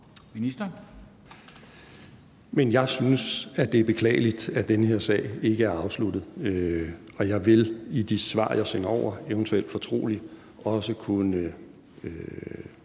Hækkerup): Jeg synes, at det er beklageligt, at den her sag ikke er afsluttet, og jeg vil i de svar, jeg sender over, eventuelt fortroligt, også kunne